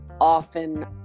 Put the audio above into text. often